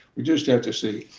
we just have to see.